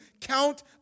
count